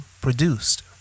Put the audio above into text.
produced